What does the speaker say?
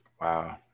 Wow